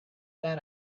that